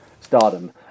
Stardom